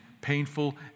painful